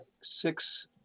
six